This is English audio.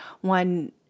one